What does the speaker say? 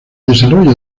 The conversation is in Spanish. desarrollo